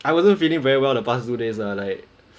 I wasn't feeling very well the past two days lah like